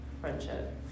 friendship